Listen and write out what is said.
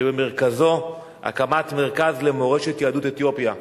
שבמרכזו הקמת מרכז למורשת יהדות אתיופיה.